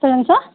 சொல்லுங்க சார்